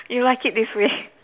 you like it this way